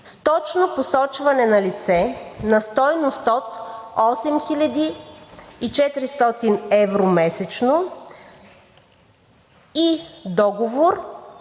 с точно посочване на лице, на стойност от 8400 евро месечно и